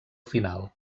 final